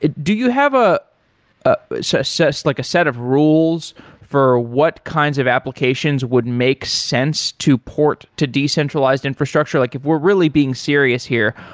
ah do you have ah ah so like a set of rules for what kinds of applications would make sense to port to decentralized infrastructure like if we're really being serious here,